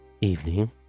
Evening